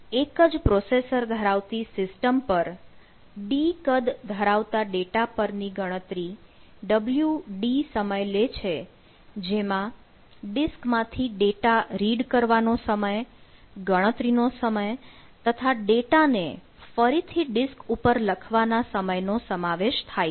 એક જ પ્રોસેસર ધરાવતી સિસ્ટમ પર D કદ ધરાવતા ડેટા પર ની ગણતરી wD સમય લે છે જેમાં ડિસ્ક માંથી ડેટા રીડ કરવાનો સમય ગણતરી નો સમય તથા ડેટાને ફરીથી ડિસ્ક ઉપર લખવા ના સમયનો સમાવેશ થાય છે